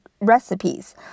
recipes